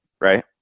Right